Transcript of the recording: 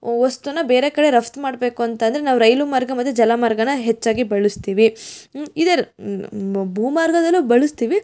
ವಸ್ತುನ ಬೇರೆ ಕಡೆ ರಫ್ತು ಮಾಡಬೇಕು ಅಂತ ಅಂದರೆ ನಾವು ರೈಲು ಮಾರ್ಗ ಮತ್ತು ಜಲಮಾರ್ಗನ ಹೆಚ್ಚಾಗಿ ಬಳಸ್ತೀವಿ ಇದೇ ಭೂಮಾರ್ಗದಲ್ಲು ಬಳಸ್ತೀವಿ